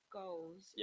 goals